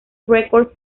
records